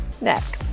Next